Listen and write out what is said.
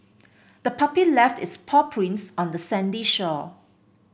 the puppy left its paw prints on the sandy shore